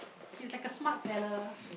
he's like a smart fella